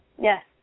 Yes